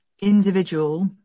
individual